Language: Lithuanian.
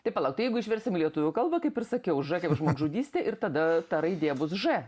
tai palauk tai jeigu išversim į lietuvių kalbą kaip ir sakiau ž kaip žmogžudystė ir tada ta raidė bus ž